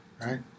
right